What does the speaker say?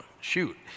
shoot